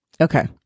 Okay